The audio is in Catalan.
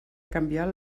canviar